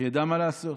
שידע מה לעשות.